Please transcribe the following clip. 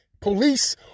police